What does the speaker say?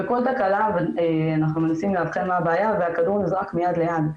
בכל תקלה אנחנו מנסים לאתר מה הבעיה והכדור נזרק מיד ליד.